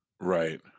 right